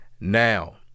Now